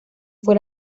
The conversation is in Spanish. fue